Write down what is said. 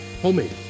Homemade